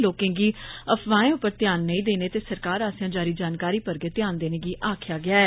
लोकें गी अफवाहें उप्पर ध्यान नेंई देने ते सरकार आस्सेया जारी जानकारी पर गै ध्यान देने गी आखेया गेया ऐ